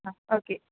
ആ ഓക്കെ